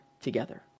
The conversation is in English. together